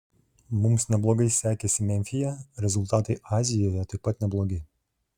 mums neblogai sekėsi memfyje rezultatai azijoje taip pat neblogi